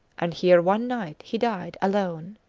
and here one night he died alone.